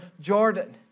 Jordan